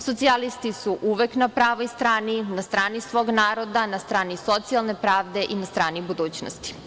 Socijalisti su uvek na pravoj strani, na strani svog naroda, na strani socijalne pravde i na strani budućnosti.